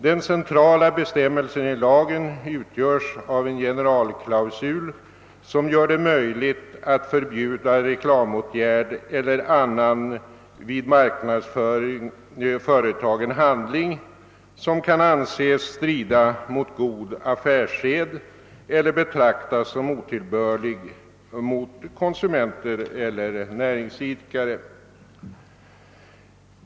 Den centrala bestämmelsen i lagen utgöres av en generalklausul som gör det möjligt att förbjuda reklamåtgärd eller annan vid marknadsföring företagen handling som kan anses strida mot god affärssed eller betraktas som otillbörlig mot konsumenter eller näringsidkare.